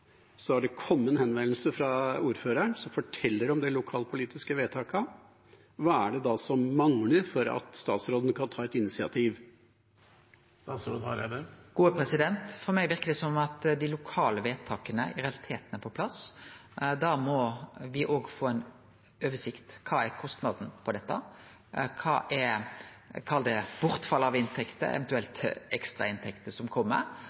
så har det kommet en henvendelse fra ordføreren som forteller om de lokalpolitiske vedtakene. Hva er det da som mangler for at statsråden kan ta et initiativ? For meg verkar det som at dei lokale vedtaka i realiteten er på plass. Da må me òg få ei oversikt over kva som er kostnaden med dette, kva er bortfallet av inntekter og eventuelle ekstrainntekter som